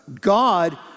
God